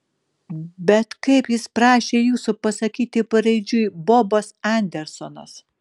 bet kaip jis prašė jūsų pasakyti paraidžiui bobas andersonas